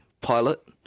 Pilot